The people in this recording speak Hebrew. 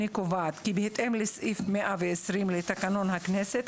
אני קובעת כי בהתאם לסעיף 120 לתקנון הכנסת,